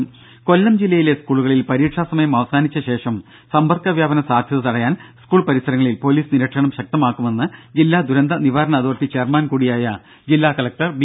ദേദ കൊല്ലം ജില്ലയിലെ സ്കൂളുകളിൽ പരീക്ഷാ സമയം അവസാനിച്ച ശേഷം സമ്പർക്ക വ്യാപന സാധ്യത തടയാൻ സ്കൂൾ പരിസരങ്ങളിൽ പൊലീസ് നിരീക്ഷണം ശക്തമാക്കുമെന്ന് ജില്ലാ ദുരന്ത നിവാരണ അതോറിറ്റി ചെയർമാൻ കൂടിയായ ജില്ലാ കലക്ടർ ബി